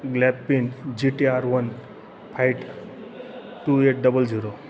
ग्लॅपपिन G T R one फाट two eight double zero